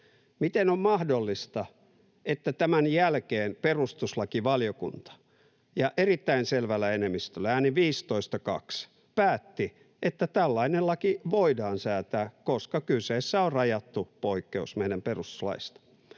Miten on mahdollista, että tämän jälkeen perustuslakivaliokunta erittäin selvällä enemmistöllä, äänin 15—2, päätti, että tällainen laki voidaan säätää, koska kyseessä on rajattu poikkeus meidän perustuslaista?